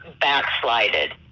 backslided